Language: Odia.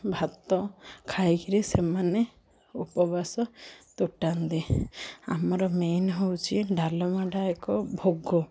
ଭାତ ଖାଇକରି ସେମାନେ ଉପବାସ ତୁଟାନ୍ତି ଆମର ମେନ୍ ହେଉଛି ଡାଲମାଟା ଏକ ଭୋଗ